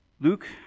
Luke